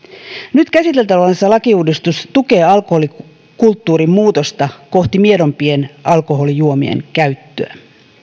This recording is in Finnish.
nyt käsiteltävänä oleva lakiuudistus tukee alkoholikulttuurin muutosta kohti miedompien alkoholijuomien käyttöä